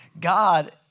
God